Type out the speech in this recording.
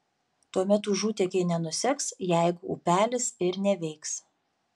tuomet užutėkiai nenuseks jeigu upelis ir neveiks